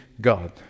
God